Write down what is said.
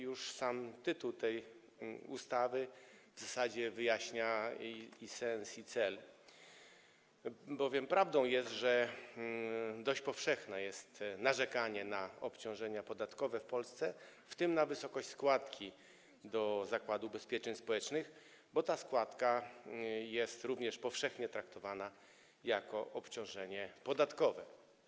Już sam tytuł tej ustawy w zasadzie wyjaśnia jej sens i cel, bowiem prawdą jest, że dość powszechne jest narzekanie na obciążenia podatkowe w Polsce, w tym na wysokość składki do Zakładu Ubezpieczeń Społecznych, bo ta składka jest również powszechnie traktowana jako obciążenie podatkowe.